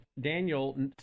Daniel